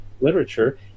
literature